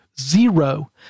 Zero